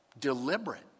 deliberate